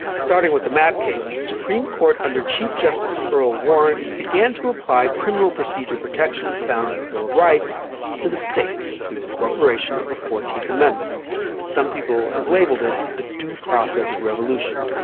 starting with the mapp case, the supreme court under chief justice earl warren began to apply criminal procedure protections found in the bill of rights to the states through incorporation of the fourteenth amendment some people have labeled it the due process revolution.